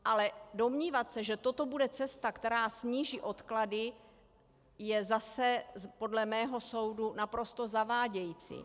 Ale domnívat se, že toto bude cesta, která sníží odklady, je zase podle mého soudu naprosto zavádějící.